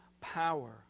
power